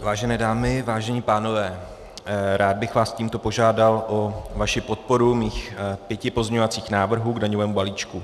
Vážené dámy, vážení pánové, rád bych vás tímto požádal o vaši podporu svých pěti pozměňovacích návrhů k daňovému balíčku.